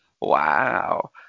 Wow